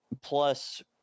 plus